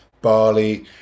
barley